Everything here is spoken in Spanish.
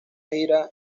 gira